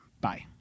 Bye